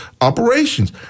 operations